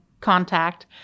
contact